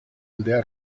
aldea